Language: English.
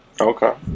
Okay